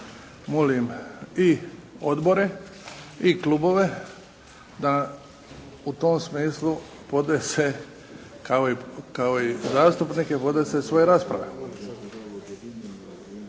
molim i odbore i klubove da u tom smislu podese kao i zastupnike podese svoje rasprave.